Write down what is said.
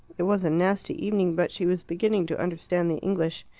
it was a nasty evening, but she was beginning to understand the english.